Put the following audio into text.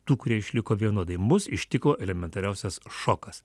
tų kurie išliko vienodai mus ištiko elementariausias šokas